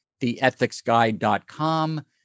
theethicsguide.com